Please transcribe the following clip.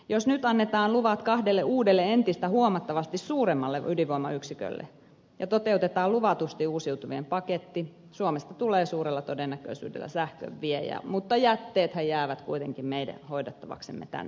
jos nyt annetaan luvat kahdelle uudelle entistä huomattavasti suuremmalle ydinvoimayksikölle ja toteutetaan luvatusti uusiutuvien paketti suomesta tulee suurella todennäköisyydellä sähkön viejä mutta jätteethän jäävät kuitenkin meidän hoidettavaksemme tänne suomeen